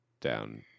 down